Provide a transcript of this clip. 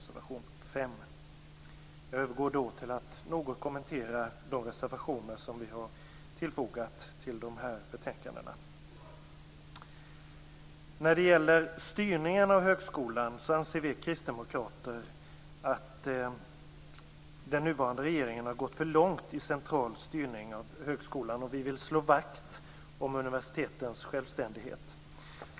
Jag övergår nu till att något kommentera de reservationer vi har fogat till de här betänkandena. Vi kristdemokrater anser att den nuvarande regeringen har gått för långt i central styrning av högskolan. Vi vill slå vakt om universitetens självständighet.